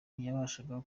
ntiyabashaga